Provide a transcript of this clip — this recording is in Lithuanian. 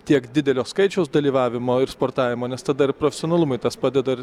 tiek didelio skaičiaus dalyvavimo ir sportavimo nes tada ir profesionalumui tas padeda ir